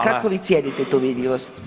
Kako [[Upadica: Hvala.]] vi cijenite tu vidljivost?